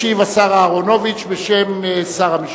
ישיב השר אהרונוביץ בשם שר המשפטים.